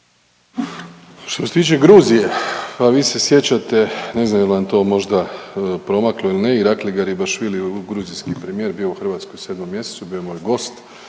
Što se tiče Gruzije, pa vi se sjećate ne znam je li vam to možda promaklo ili ne i Irakli Garibashvili gruzijski premijer bio u Hrvatskoj u sedmom mjesecu, bio je moj gost.